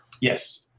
Yes